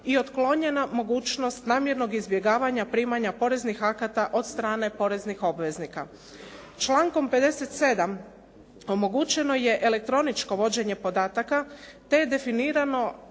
i otklonjena mogućnost namjernog izbjegavanja primanja poreznih akata od strane poreznih obveznika. Člankom 57. omogućeno je elektroničko vođenje podataka te definirano